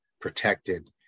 protected